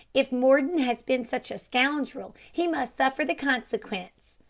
if mordon has been such a scoundrel, he must suffer the consequence.